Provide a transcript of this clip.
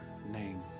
name